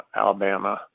Alabama